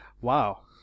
Wow